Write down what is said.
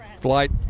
flight